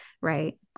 Right